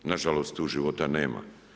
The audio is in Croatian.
Nažalost tu života nema.